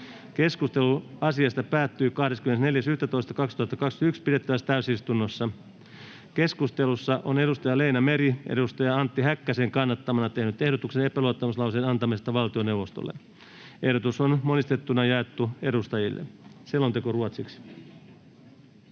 Keskustelu asiasta päättyi 24.11.2021 pidetyssä täysistunnossa. Keskustelussa on Leena Meri Antti Häkkäsen kannattamana tehnyt ehdotuksen epäluottamuslauseen antamisesta valtioneuvostolle. Ehdotus on monistettuna jaettu edustajille. (Pöytäkirjan